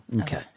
Okay